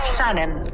Shannon